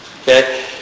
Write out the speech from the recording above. Okay